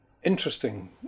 Interesting